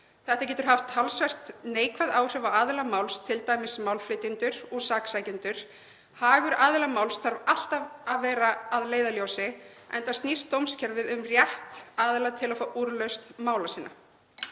Þetta getur haft talsvert neikvæð áhrif á aðila máls, t.d. málflytjendur og saksækjendur. Hagur aðila máls þarf alltaf að vera hafður að leiðarljósi, enda snýst dómskerfið um rétt aðila til að fá úrlausn mála sinna.